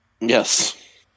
Yes